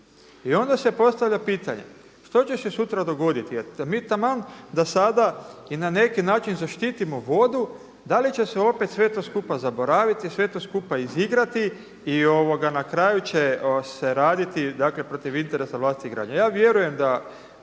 I onda se postavlja pitanje, što će se sutra dogoditi? Jer mi taman da sada i na neki način zaštitimo vodu da li će se opet sve to skupa zaboraviti, sve to skupa izigrati i na kraju će se raditi protiv interesa vlastitih građana. Ja vjerujem da